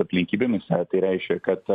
aplinkybėmis o tai reiškia kad